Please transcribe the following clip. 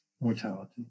mortality